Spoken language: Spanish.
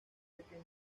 pequeña